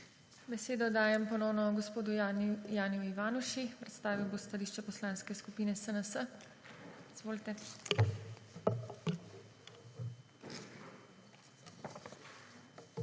Besedo dajem ponovno gospodu Janiju Ivanuši. Predstavil bo stališče Poslanske skupine SNS. Izvolite.